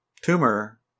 tumor